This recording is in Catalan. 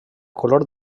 color